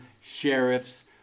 sheriffs